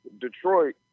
Detroit